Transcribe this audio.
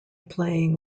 playing